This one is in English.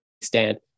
stand